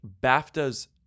BAFTA's